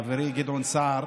חברי גדעון סער,